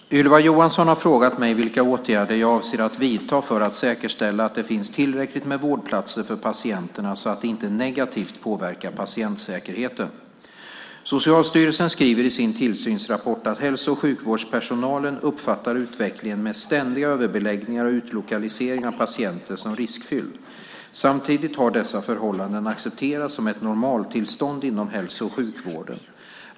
Fru talman! Ylva Johansson har frågat mig vilka åtgärder jag avser att vidta för att säkerställa att det finns tillräckligt med vårdplatser för patienterna så att det inte negativt påverkar patientsäkerheten. Socialstyrelsen skriver i sin tillsynsrapport att hälso och sjukvårdspersonalen uppfattar utvecklingen med ständiga överbeläggningar och utlokalisering av patienter som riskfylld. Samtidigt har dessa förhållanden accepterats som ett normaltillstånd inom hälso och sjukvården.